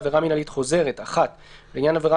"עבירה מינהלית חוזרת" (1)לעניין עבירה